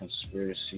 conspiracy